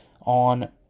on